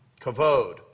Kavod